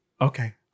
okay